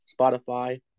Spotify